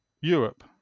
Europe